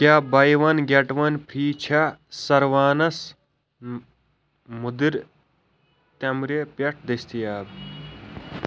کیٛاہ buy one get one free چھا ساراوَنَس مٔدٕر تمبرِِ پٮ۪ٹھ دٔستیاب